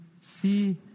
see